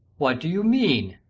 what do you mean?